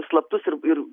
slaptus ir ir